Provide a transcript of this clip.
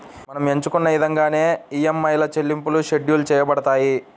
మనం ఎంచుకున్న ఇదంగానే ఈఎంఐల చెల్లింపులు షెడ్యూల్ చేయబడతాయి